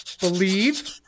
believe